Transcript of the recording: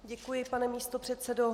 Děkuji, pane místopředsedo.